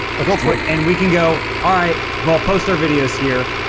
adults what and we can go all right? well post our videos here,